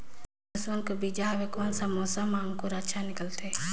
लसुन कर बीजा हवे कोन सा मौसम मां अंकुर अच्छा निकलथे?